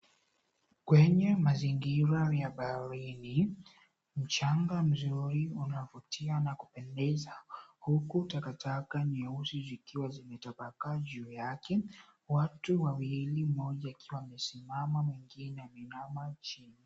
Kwenye mazingira ya baharini, mchanga mzuri unavutia na kupendeza huku takataka nyeusi zikiwa zimetapakaa juu yake. Watu wawili, mmoja akiwa amesimama mwingine ameinama chini.